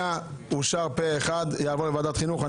אושר פה אחד וההצעה תועבר לדיון בוועדת החינוך.